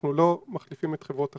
אנחנו לא מחליפים את חברות החלוקה.